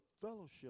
fellowship